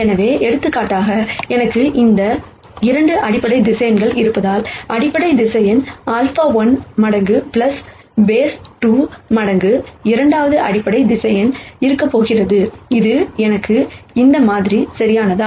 எனவே எடுத்துக்காட்டாக எனக்கு இங்கு 2 அடிப்படை வெக்டர்ஸ் இருப்பதால் அடிப்படை வெக்டர்ஸ் α1 மடங்கு base2 மடங்கு இரண்டாவது அடிப்படை வெக்டர்ஸ் இருக்கப்போகிறது இது எனக்கு இந்த மாதிரியை சரியானதா